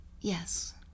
Yes